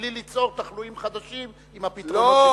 בלי ליצור תחלואים חדשים עם הפתרונות,